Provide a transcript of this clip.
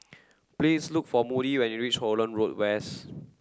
please look for Moody when you reach Holland Road West